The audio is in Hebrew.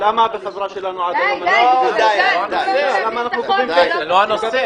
ולמה בחברה שלנו אנחנו עדיין גובים כסף ישירות מהנוסעים?